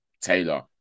Taylor